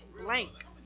blank